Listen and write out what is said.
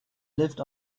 lived